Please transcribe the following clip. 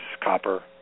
copper